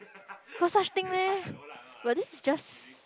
got such thing meh but this is just